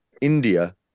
India